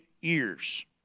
years